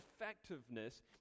effectiveness